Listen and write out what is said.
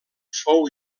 fou